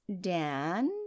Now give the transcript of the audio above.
Dan